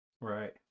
Right